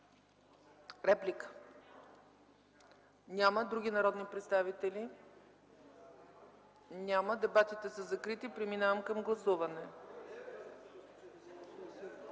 Реплика? Няма. Други народни представители? Няма. Дебатите са закрити. Преминаваме към гласуване.